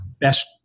best